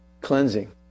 Cleansing